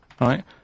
right